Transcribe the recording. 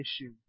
issue